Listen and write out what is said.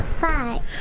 Five